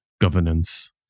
governance